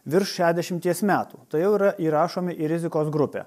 virš šiadešimties metų tai jau yra įrašomi į rizikos grupę